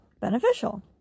beneficial